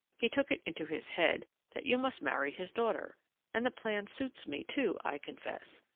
he took it into his head that you must marry his daughter and the plan suits me, too, i confess,